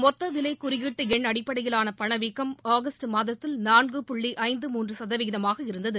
மொத்த விலை குறியீட்டு எண் அடிப்படையிலான பணவீக்கம் ஆகஸ்ட் மாதத்தில் நான்கு புள்ளி ஐந்து மூன்று சதவீதமாக இருந்தது